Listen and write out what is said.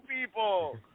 people